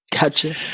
Gotcha